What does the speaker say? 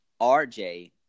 RJ